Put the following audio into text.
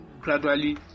gradually